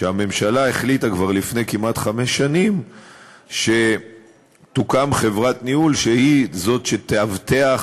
הממשלה החליטה כבר לפני כמעט חמש שנים שתוקם חברת ניהול והיא זאת שתאבטח